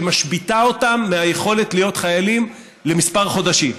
שמשביתה אותם מהיכולת להיות חיילים לכמה חודשים.